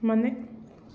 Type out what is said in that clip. ಮನೆ